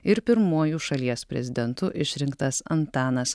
ir pirmuoju šalies prezidentu išrinktas antanas